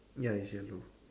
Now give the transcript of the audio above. ya it's yellow